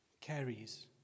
carries